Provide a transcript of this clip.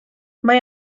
mae